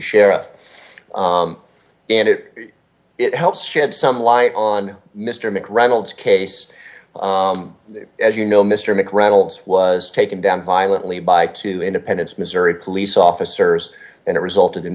sherif and it it helps shed some light on mr mick reynolds case as you know mr make reynolds was taken down violently by two independence missouri police officers and it resulted in